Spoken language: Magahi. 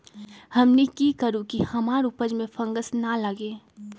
हमनी की करू की हमार उपज में फंगस ना लगे?